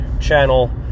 channel